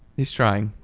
he's trying.